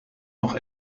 nog